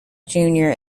junior